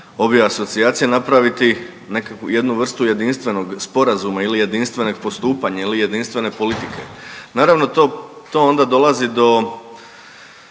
obje asocijacije napraviti nekakvu, jednu vrstu jedinstvenog sporazuma ili jedinstvenog postupanja ili jedinstvene politike. Naravno to onda dolazi do